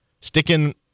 sticking